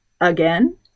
again